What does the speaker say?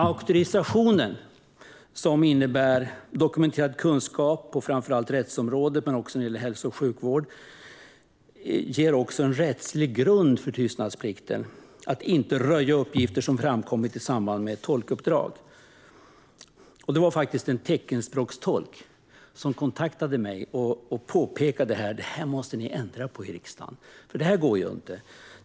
Auktorisationen, som innebär dokumenterad kunskap på framför allt rättsområdet men även om hälso och sjukvård, ger en rättslig grund för tystnadsplikten så att man inte röjer uppgifter som framkommit i samband med tolkuppdrag. Det var faktiskt en teckenspråkstolk som kontaktade mig och påpekade att vi i riksdagen måste ändra på detta eftersom det här inte gick an.